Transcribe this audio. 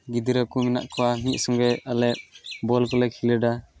ᱜᱤᱫᱽᱨᱟᱹ ᱠᱚ ᱢᱮᱱᱟᱜ ᱠᱚᱣᱟ ᱢᱤᱫ ᱥᱚᱝᱜᱮ ᱟᱞᱮ ᱵᱚᱞ ᱠᱚᱞᱮ ᱠᱷᱤᱞᱟᱹᱰᱟ